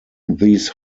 these